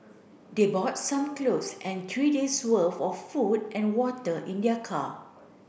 they bought some clothes and three days worth of food and water in their car